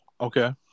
Okay